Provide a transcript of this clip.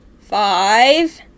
five